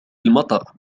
المطر